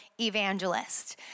evangelist